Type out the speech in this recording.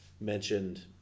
mentioned